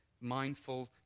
mindful